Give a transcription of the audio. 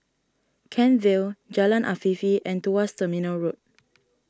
Kent Vale Jalan Afifi and Tuas Terminal Road